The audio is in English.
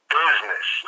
business